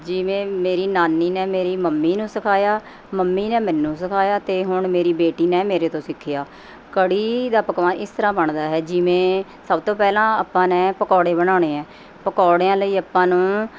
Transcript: ਜਿਵੇਂ ਮੇਰੀ ਨਾਨੀ ਨੇ ਮੇਰੀ ਮੰਮੀ ਨੂੰ ਸਿਖਾਇਆ ਮੰਮੀ ਨੇ ਮੈਨੂੰ ਸਿਖਾਇਆ ਅਤੇ ਹੁਣ ਮੇਰੀ ਬੇਟੀ ਨੇ ਮੇਰੇ ਤੋਂ ਸਿੱਖਿਆ ਕੜ੍ਹੀ ਦਾ ਪਕਵਾਨ ਇਸ ਤਰ੍ਹਾਂ ਬਣਦਾ ਹੈ ਜਿਵੇਂ ਸਭ ਤੋਂ ਪਹਿਲਾਂ ਆਪਾਂ ਨੇ ਪਕੌੜੇ ਬਣਾਉਣੇ ਆ ਪਕੌੜਿਆਂ ਲਈ ਆਪਾਂ ਨੂੰ